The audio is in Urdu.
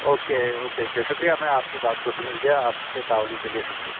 اوکے اوکے شکریہ میں آپ کی بات کو سمجھ گیا آپ کے تعاون کے لیے شکریہ